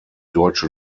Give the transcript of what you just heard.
deutsche